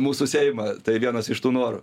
mūsų seimą tai vienas iš tų norų